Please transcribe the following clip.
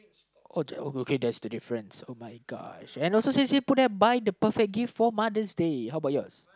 oh okay that's the difference oh my gosh and alo says here buy the perfect gift for Mother's Day how about yours